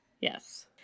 Yes